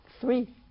Three